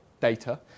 data